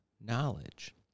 knowledge